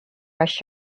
rush